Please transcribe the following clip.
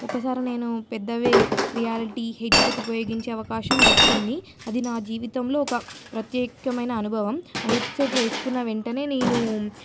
ఒకసారి నేను పెద్దవేల్ రియాలిటీ హెడ్సెట్ ఉపయోగించే అవకాశం వచ్చింది అది నా జీవితంలో ఒక ప్రత్యేకమైన అనుభవం ఆ హెడ్సెట్ వేసుకున్న వెంటనే నేను